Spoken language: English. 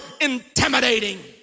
intimidating